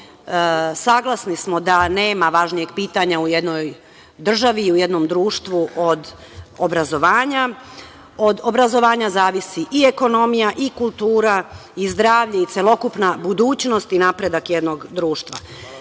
saglasni smo da nema važnijeg pitanja u jednoj državi i u jednom društvu od obrazovanja. Od obrazovanja zavisi i ekonomija i kultura, i zdravlje, i celokupna budućnost i napredak jednog društva.